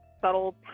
subtle